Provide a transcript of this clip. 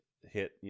hit